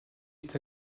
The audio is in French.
est